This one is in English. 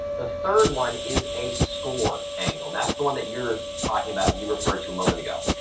the third one is a score angle. that's the one that you're talking about, and you referred to a moment ago.